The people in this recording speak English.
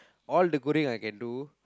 all the goreng I can do